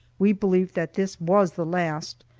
we believed that this was the last,